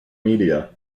media